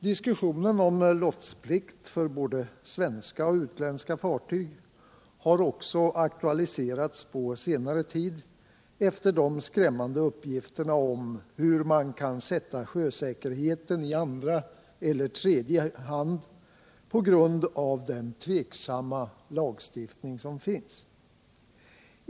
Diskussionen om lotsplikt för både svenska och utländska fartyg har också aktualiserats på senare tid efter de skrämmande uppgifterna om hur man kan sätta sjösäkerheten i andra eller tredje hand på grund av den tveksamma lagstiftning som finns.